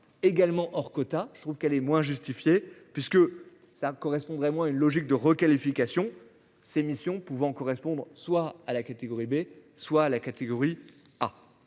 également hors quota, je trouve qu'elle est moins justifiée puisque ça correspondrait moins une logique de requalification ses missions pouvant correspondre soit à la catégorie B, soit la catégorie A.